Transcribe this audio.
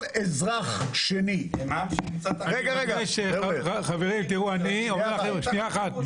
כל אזרח שני --- חברים, שנייה אחת.